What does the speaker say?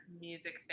music